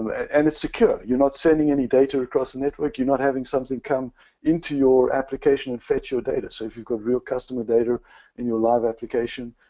and it's secure. you're not sending any data across the network. you're not having something come into your application to and fit your data. so if you've got real customer data in your live application,